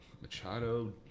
Machado